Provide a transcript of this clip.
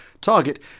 Target